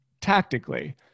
tactically